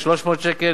300 שקל,